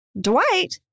Dwight